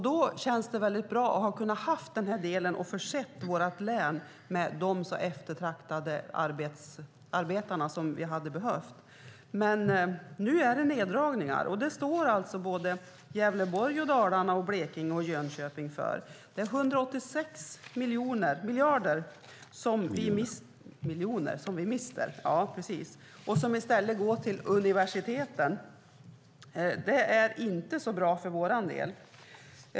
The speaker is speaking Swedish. Då känns det bra att vi har kunnat förse vårt län med de eftertraktade arbetare som behövs. Men nu sker neddragningar. De står både Gävleborg, Dalarna, Blekinge och Jönköping för. Vi mister 186 miljoner som i stället går till universiteten. Det är inte så bra för vår del.